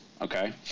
Okay